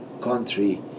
country